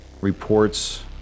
reports